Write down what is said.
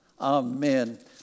amen